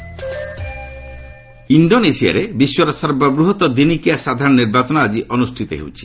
Indonesia polls ଇଣ୍ଡୋନେସିଆରେ ବିଶ୍ୱର ସର୍ବବୃହତ୍ ଦିନିକିଆ ସାଧାରଣ ନିର୍ବାଚନ ଆକି ଅନୁଷ୍ଠିତ ହେଉଛି